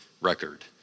record